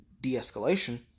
de-escalation